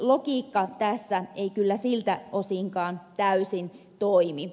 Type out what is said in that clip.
logiikka tässä ei kyllä siltä osinkaan täysin toimi